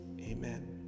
amen